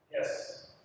Yes